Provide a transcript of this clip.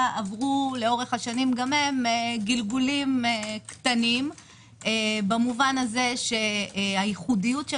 עברו לאורך השנים גם הם גלגולים קטנים במובן הזה שהייחודיות של